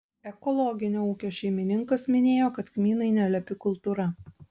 ekologinio ūkio šeimininkas minėjo kad kmynai nelepi kultūra